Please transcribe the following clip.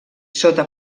sota